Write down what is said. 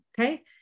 Okay